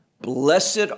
blessed